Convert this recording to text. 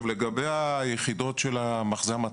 לגבי היחידות של המכז"ם.